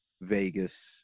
Vegas